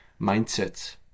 mindsets